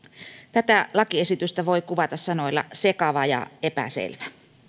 tätä lakiesitystä voi kuvata sanoilla sekava ja epäselvä